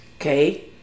Okay